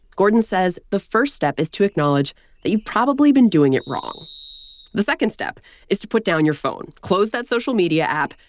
gordon says the first step is to acknowledge that you've probably been doing it wrong the second step is to put down your phone, close that social media app,